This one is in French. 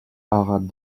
arabe